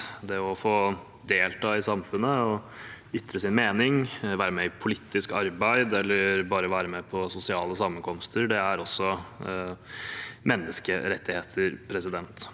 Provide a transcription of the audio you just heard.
Å få delta i samfunnet, ytre sin mening, være med i politisk arbeid eller bare være med på sosiale sammenkomster er også menneskerettigheter. Tegnspråk